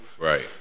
Right